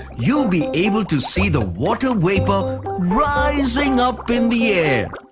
you'll be able to see the water vapour rising up in the air.